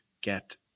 get